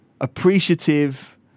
appreciative